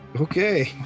Okay